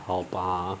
好吧